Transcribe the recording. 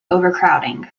overcrowding